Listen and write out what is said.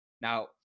Now